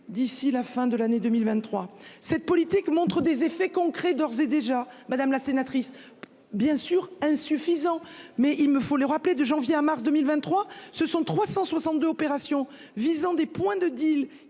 d'ici la fin de l'année 2023. Cette politique montre des effets concrets d'ores et déjà madame la sénatrice bien sûr insuffisant mais il me faut le rappeler, de janvier à mars 2023, ce sont 362 opération visant des points de deal